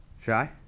Shy